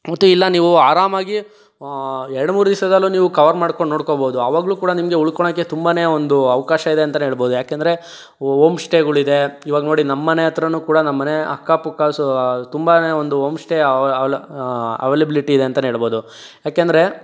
ಎಲ್ಲ ನೀವು ಆರಾಮಾಗಿ ಎರಡು ಮೂರು ದಿವಸದಲ್ಲೂ ನೀವು ಕವರ್ ಮಾಡ್ಕೊಂಡು ನೋಡ್ಕೋಬಹುದು ಆವಾಗ್ಲೂ ಕೂಡ ನಿಮಗೆ ಉಳ್ಕೊಳ್ಳೋಕ್ಕೆ ತುಂಬನೇ ಒಂದು ಅವಕಾಶ ಇದೆ ಅಂತಲೇ ಹೇಳ್ಬೋದು ಯಾಕೆಂದ್ರೆ ಹೋಮ್ ಸ್ಟೇಗಳು ಇದೆ ಇವಾಗ ನೋಡಿ ನಮ್ಮನೆ ಹತ್ರನೂ ಕೂಡ ನಮ್ಮನೆ ಅಕ್ಕ ಪಕ್ಕ ಸೊ ತುಂಬನೇ ಒಂದು ಹೋಮ್ ಸ್ಟೇ ಅವಲೈಬ್ಲಿಟಿ ಇದೆ ಅಂತಲೇ ಹೇಳ್ಬೋದು ಯಾಕೆಂದ್ರೆ